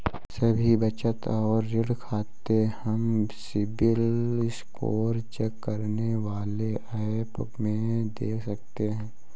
सभी बचत और ऋण खाते हम सिबिल स्कोर चेक करने वाले एप में देख सकते है